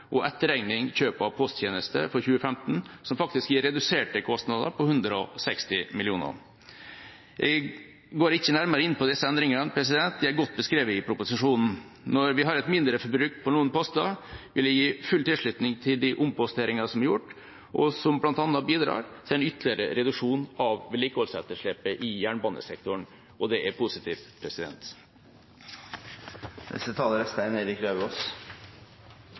og etterregning for kjøp av posttjenester for 2015, noe som faktisk gir reduserte kostnader på 160 mill. kr. Jeg går ikke nærmere inn på disse endringene. De er godt beskrevet i proposisjonen. Når vi har et mindreforbruk på noen poster, vil jeg gi full tilslutning til de omposteringene som er gjort, og som bl.a. bidrar til en ytterligere reduksjon av vedlikeholdsetterslepet i jernbanesektoren. Det er positivt.